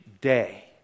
day